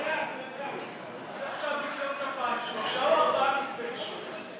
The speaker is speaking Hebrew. ניקיון כפיים, שלושה או ארבעה כתבי אישום.